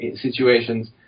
situations